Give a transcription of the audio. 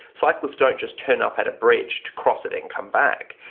cyclists don't just turn up at a bridge to cross it and come back.